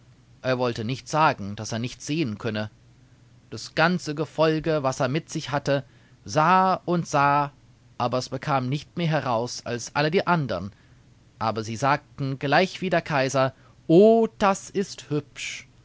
er wollte nicht sagen daß er nichts sehen könne das ganze gefolge was er mit sich hatte sah und sah aber es bekam nicht mehr heraus als alle die andern aber sie sagten gleichwie der kaiser o das ist hübsch